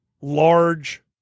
large